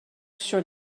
sur